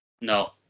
No